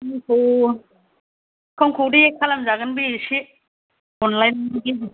खमखौ दे खालाम जागोन बे एसे अनलायनायनि गेजेरजों